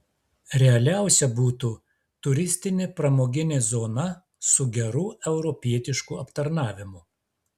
realiausia būtų turistinė pramoginė zona su geru europietišku aptarnavimu